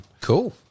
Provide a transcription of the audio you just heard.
Cool